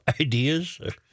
ideas